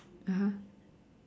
(uh huh)